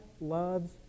loves